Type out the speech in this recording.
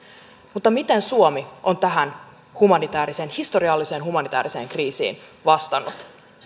mutta miten suomi on tähän historialliseen humanitääriseen kriisiin vastannut